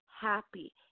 happy